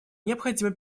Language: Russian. необходимы